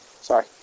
Sorry